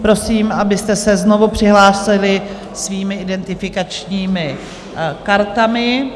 Prosím, abyste se znovu přihlásili svými identifikačními kartami.